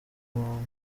nkongera